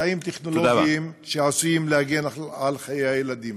אמצעים טכנולוגיים שעשויים להגן על חיי הילדים.